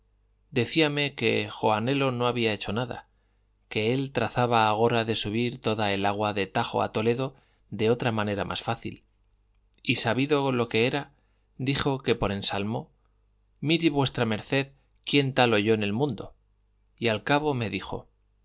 orate decíame que joanelo no había hecho nada que él trazaba agora de subir toda el agua de tajo a toledo de otra manera más fácil y sabido lo que era dijo que por ensalmo mire v md quién tal oyó en el mundo y al cabo me dijo